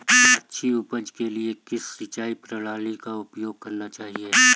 अच्छी उपज के लिए किस सिंचाई प्रणाली का उपयोग करना चाहिए?